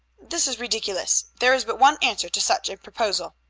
this is ridiculous. there is but one answer to such a proposal.